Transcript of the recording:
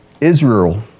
Israel